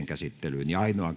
käsittelyyn